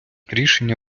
рішення